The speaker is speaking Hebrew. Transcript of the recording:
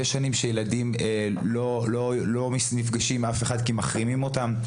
יש שנים שילדים לא נפגשים עם אף אחד כי מחרימים אותם.